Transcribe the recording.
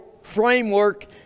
framework